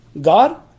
God